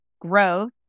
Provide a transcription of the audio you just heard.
growth